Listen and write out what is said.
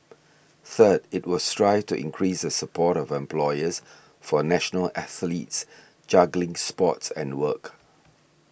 third it will strive to increase the support of employers for national athletes juggling sports and work